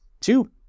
Two